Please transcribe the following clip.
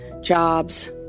jobs